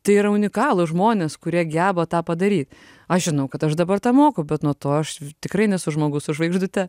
tai yra unikalūs žmonės kurie geba tą padaryt aš žinau kad aš dabar tą moku bet nuo to aš tikrai nesu žmogus su žvaigždute